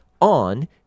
on